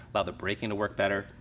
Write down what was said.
allow the braking to work better.